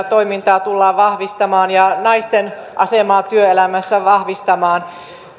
toimintaa tullaan vahvistamaan ja naisten asemaa työelämässä vahvistamaan